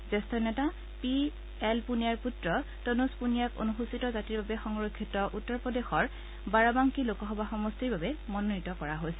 জ্যেষ্ঠ নেতা P L পুণিয়াৰ পুত্ৰ তনুজ পুণিয়াক অন্সচিত জাতিৰ বাবে সংৰক্ষিত উত্তৰ প্ৰদেশৰ বাৰাবাংকি লোকসভা সমষ্টিৰ বাবে মনোনীত কৰা হৈছে